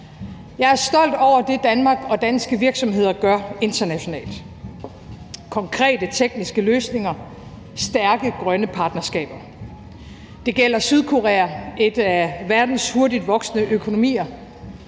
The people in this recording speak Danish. Jeg er stolt over det, Danmark og danske virksomheder gør internationalt – konkrete tekniske løsninger, stærke grønne partnerskaber. Det gælder Sydkorea, en af verdens hurtigst voksende økonomier.